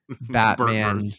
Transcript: Batman